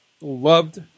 loved